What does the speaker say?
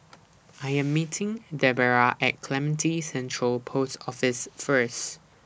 I Am meeting Debera At Clementi Central Post Office First